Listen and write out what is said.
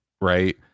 Right